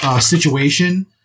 situation